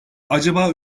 acaba